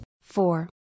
four